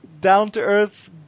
down-to-earth